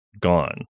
gone